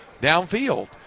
downfield